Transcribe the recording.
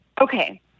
Okay